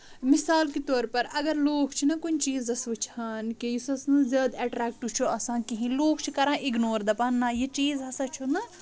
مِسال کہِ طور پر اَگر لوٗکھ چھُ نہَ کُنہِ چیٖزَس وٕچھان کہِ یُس أسۍ نہٕ زیادٕ ایٚٹریکٹو چُھ آسان کِہنۍ لوٗکھ چھِ کران اِگنور دَپان نہَ یہِ چیٖز ہسا چھُ نہٕ